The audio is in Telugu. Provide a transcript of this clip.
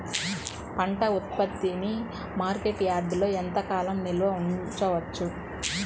పంట ఉత్పత్తిని మార్కెట్ యార్డ్లలో ఎంతకాలం నిల్వ ఉంచవచ్చు?